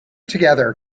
together